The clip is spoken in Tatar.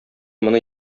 моны